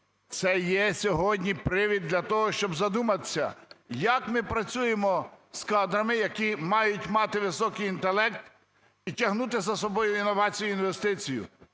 Це є сьогодні привід для того, щоб задуматися, як ми працюємо з кадрами, які мають мати високий інтелект і тягнути за собою інновації, інвестицію.